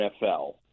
NFL